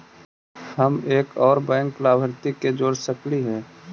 हम एक और बैंक लाभार्थी के जोड़ सकली हे?